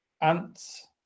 Ants